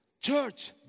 Church